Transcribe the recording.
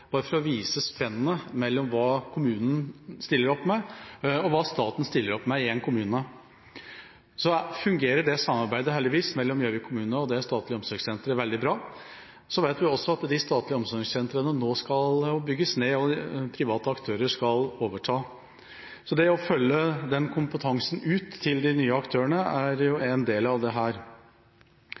bare for å vise spennet mellom hva kommunen stiller opp med, og hva staten stiller opp med i en kommune. Heldigvis fungerer samarbeidet mellom Gjøvik kommune og det statlige omsorgssenteret veldig bra, men vi vet også at de statlige omsorgssentrene nå skal bygges ned og private aktører skal overta, så det å følge den kompetansen ut til de nye aktørene er en del av